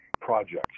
projects